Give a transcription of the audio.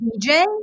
DJ